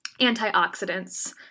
antioxidants